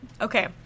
Okay